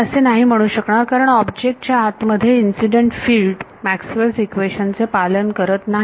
मी असे नाही म्हणू शकणार कारण ऑब्जेक्ट च्या आत मध्ये incident field Maxwell equation equations चे पालन करीत नाही